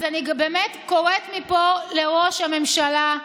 אז אני קוראת מפה לראש הממשלה: